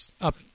up